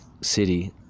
city